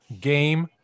game